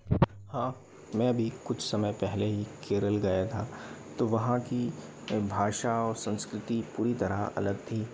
हाँ मैं अभी कुछ समय पहले ही केरल गया था तो वहाँ की भाषा और संस्कृति पूरी तरह अलग थी